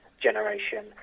generation